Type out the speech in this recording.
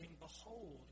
Behold